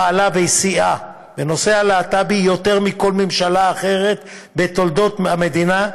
פעלה וסייעה בנושא הלהט"בי יותר מכל ממשלה אחרת בתולדות המדינה,